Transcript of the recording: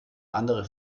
andere